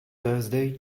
thursday